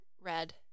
red